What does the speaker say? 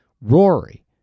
Rory